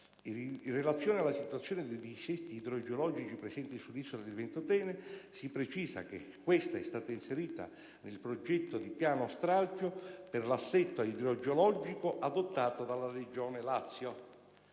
In relazione alla situazione dei dissesti idrogeologici presenti sull'isola di Ventotene, si precisa che questa è stata inserita nel progetto di piano stralcio per l'assetto idrogeologico adottato dalla Regione Lazio.